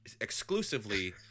exclusively